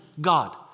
God